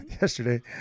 yesterday